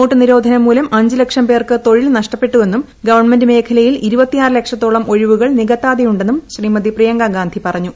note നിരോധനം മൂലം അഞ്ചു ലക്ഷം പ്പേര്ക്ക് തൊഴിൽ നഷ്ടപ്പെട്ടുവെന്നും ഗവണ്മന്റ് മേഖലയിൽ നികത്താതെയുണ്ടെന്നും ശ്രീമിയി പ്രിയങ്കാ ഗാന്ധി പറഞ്ഞു